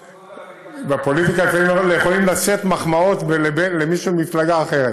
בפוליטיקה לפעמים יכולים לשאת מחמאות למישהו ממפלגה אחרת,